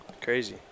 Crazy